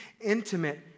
intimate